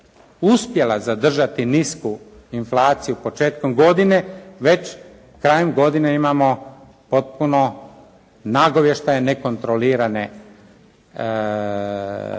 uspjela zadržati nisku inflaciju početkom godine, već krajem godine imamo potpuno nagovještaje nekontroliranog